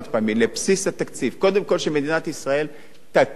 קודם כול שמדינת ישראל תכיר בצורך הזה,